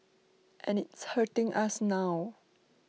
and it's hurting us now